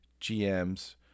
GMs